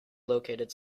located